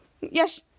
Yes